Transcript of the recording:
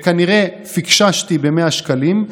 וכנראה פקששתי ב-100 שקלים.